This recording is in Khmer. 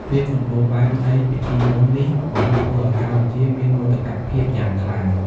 ភាពសម្បូរបែបនៃពិធីបុណ្យនេះបានធ្វើឲ្យកម្ពុជាមានមោទកភាពយ៉ាងខ្លាំង។